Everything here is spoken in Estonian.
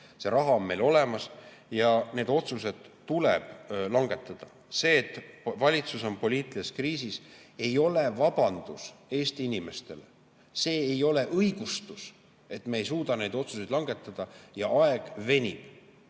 See raha on meil olemas ja need otsused tuleb langetada. See, et valitsus on poliitilises kriisis, ei ole vabandus Eesti inimestele. See ei ole õigustus sellele, et me ei suuda neid otsuseid langetada ja aeg venib.